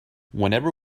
whenever